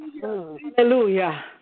hallelujah